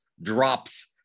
drops